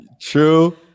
true